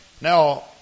Now